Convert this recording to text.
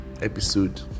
episode